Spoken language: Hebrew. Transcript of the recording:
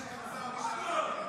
מה נשאתם לשווא יותר,